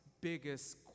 biggest